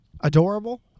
adorable